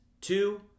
two